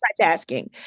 multitasking